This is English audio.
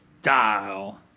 style